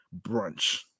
Brunch